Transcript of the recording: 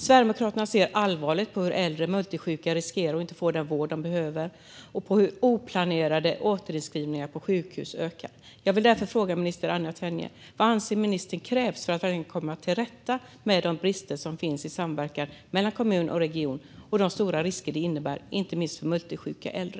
Sverigedemokraterna ser allvarligt på att äldre multisjuka riskerar att inte få den vård de behöver och på att oplanerade återinskrivningar på sjukhus ökar. Jag vill därför fråga minister Anna Tenje: Vad anser ministern krävs för att verkligen komma till rätta med de brister som finns i samverkan mellan kommun och region och de stora risker det innebär för inte minst multisjuka äldre?